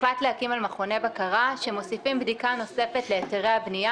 הוחלט להקים מכוני בקרה שמוסיפים בדיקה נוספת להיתרי הבניה